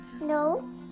No